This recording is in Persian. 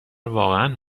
واقعا